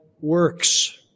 works